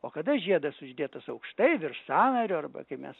o kada žiedas uždėtas aukštai virš sąnario arba kai mes